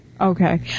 Okay